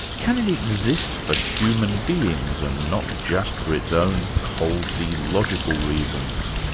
can it exist for human beings and not just for its own coldly logical reasons?